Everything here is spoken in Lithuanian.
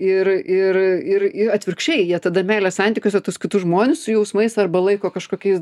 ir ir ir ir atvirkščiai jie tada meilės santykiuose tuos kitus žmones su jausmais arba laiko kažkokiais